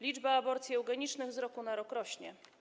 Liczba aborcji eugenicznych z roku na rok rośnie.